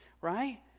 right